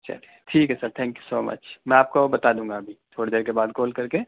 چلیے ٹھیک ہے sir thank you so much میں آپ کو بتا دوں گا ابھی تھوڑی دیر کے بعد کال کر کے